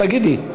תגידי?